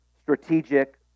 strategic